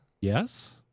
Yes